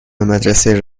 مدرسه